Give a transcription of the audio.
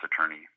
attorney